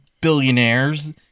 billionaires